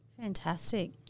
Fantastic